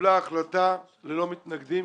קיבלה החלטה ללא מתנגדים,